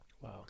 Wow